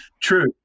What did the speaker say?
true